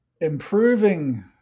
improving